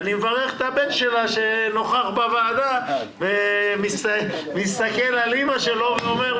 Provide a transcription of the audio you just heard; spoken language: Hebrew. ואני מברך את הבן שלה שנוכח בוועדה ומסתכל על אימא שלו ואומר,